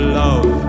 love